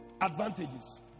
Advantages